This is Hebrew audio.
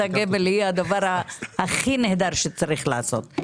הגמל היא הדבר הכי נהדר שצריך לעשות,